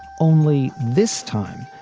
only this time,